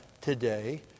today